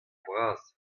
vras